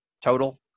total